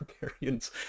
barbarians